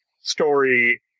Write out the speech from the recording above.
story